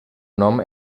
nom